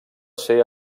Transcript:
ser